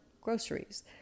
groceries